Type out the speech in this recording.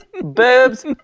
Boobs